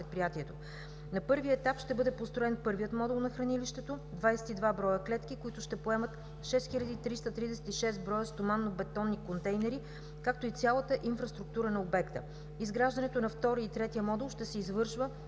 На първи етап ще бъде построен първият модул на хранилището – 22 броя клетки, които ще поемат 6 хил. 336 броя стоманобетонни контейнери, както и цялата инфраструктура на обекта. Изграждането на втория и третия модул ще се извършва